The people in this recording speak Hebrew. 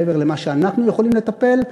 מעבר למה שאנחנו יכולים לטפל,